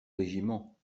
régiment